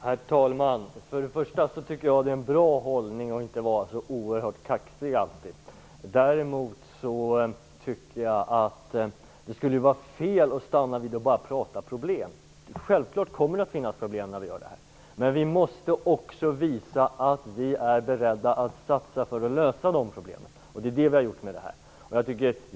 Herr talman! Det är bra att inte alltid vara så oerhört kaxig. Däremot anser jag att det skulle vara fel att begränsa sig till att bara prata problem. Självklart kommer det att finnas problem, men vi måste också visa att vi är beredda att satsa för att lösa de problemen, och det är det vi har gjort nu.